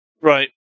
Right